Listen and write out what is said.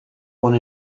one